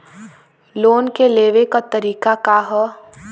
Loan के लेवे क तरीका का ह?